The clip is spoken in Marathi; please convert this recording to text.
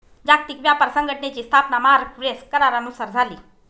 जागतिक व्यापार संघटनेची स्थापना मार्क्वेस करारानुसार झाली